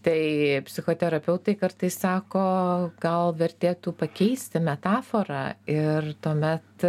tai psichoterapeutai kartais sako gal vertėtų pakeisti metaforą ir tuomet